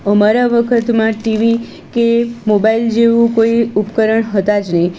અમારા વખતમાં ટીવી કે મોબાઈલ જેવું કોઈ ઉપકરણ હતા જ નહીં